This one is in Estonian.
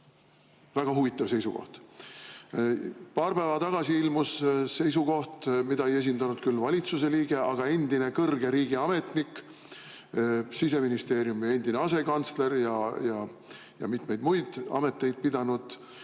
väga huvitav seisukoht! Paar päeva tagasi ilmus seisukoht, mida ei esitanud küll valitsuse liige, vaid endine kõrge riigiametnik: Siseministeeriumi endine asekantsler ja mitmeid muid ameteid pidanud